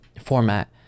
format